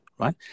right